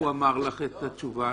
הוא אמר לך את התשובה.